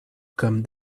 come